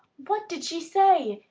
what did she say?